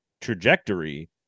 trajectory